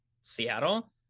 Seattle